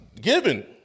given